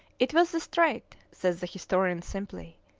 it was the straight, says the historian simply,